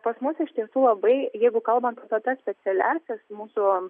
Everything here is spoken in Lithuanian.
pas mus iš tiesų labai jeigu kalbant apie tas specialiąsias mūsų